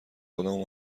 خودمو